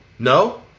No